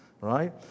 right